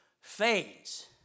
fades